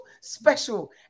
special